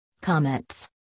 Comments